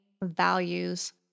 values